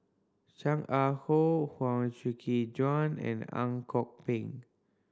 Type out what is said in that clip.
Chan Ah How Huang Shiqi Joan and Ang Kok Peng